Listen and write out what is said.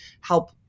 help